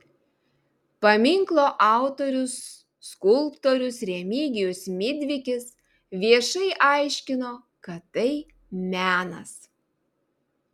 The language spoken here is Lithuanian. paminklo autorius skulptorius remigijus midvikis viešai aiškino kad tai menas